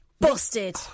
Busted